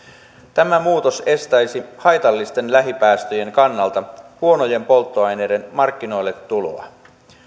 tämä muutos estäisi haitallisten lähipäästöjen kannalta huonojen polttoaineiden markkinoilletuloa